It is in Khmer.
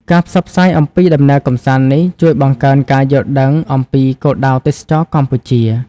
ការផ្សព្វផ្សាយអំពីដំណើរកម្សាន្តនេះ ជួយបង្កើនការយល់ដឹងអំពីគោលដៅទេសចរណ៍កម្ពុជា។